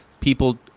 People